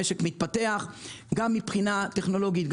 המשק מתפתח גם מבחינה טכנולוגית,